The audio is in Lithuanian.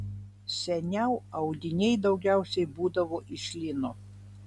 seniau audiniai daugiausiai būdavo iš lino